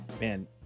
man